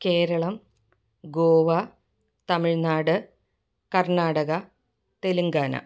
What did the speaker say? Keralam Goa Tamil Nadu Karnataka Telangana